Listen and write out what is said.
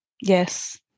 Yes